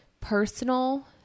personal